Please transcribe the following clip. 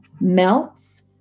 melts